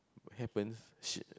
happens sh~